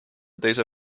teise